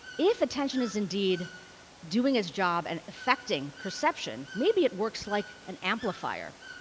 if attention is indeed doing its job and affecting perception, maybe it works like an amplifier.